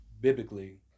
biblically